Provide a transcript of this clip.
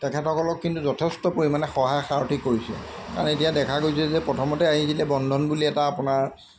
তেখেতসকলক কিন্তু যথেষ্ট পৰিমাণে সহায় সাৰথি কৰিছে কাৰণ এতিয়া দেখা গৈছে যে প্ৰথমতে আহিছিলে বন্ধন বুলি এটা আপোনাৰ